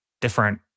different